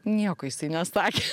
nieko jisai nesakė